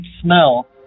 smell